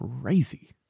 crazy